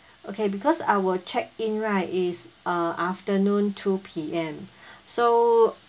okay because our check-in right is uh afternoon two P_M so